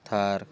Thar